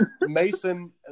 Mason